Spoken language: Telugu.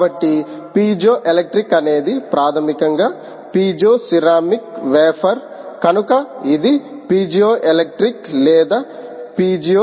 కాబట్టి పీజోఎలెక్ట్రిక్ అనేది ప్రాథమికంగా పీజోసెరామిక్ వెఫర్ కనుక ఇది పీజోఎలెక్ట్రిక్ లేదా పీజో